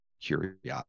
curiosity